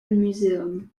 museum